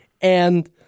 And-